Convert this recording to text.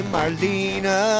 Marlena